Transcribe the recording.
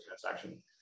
transaction